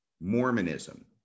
Mormonism